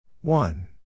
one